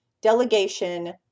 delegation